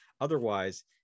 otherwise